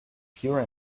pure